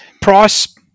Price